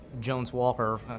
Jones-Walker